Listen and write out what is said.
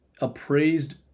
appraised